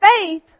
faith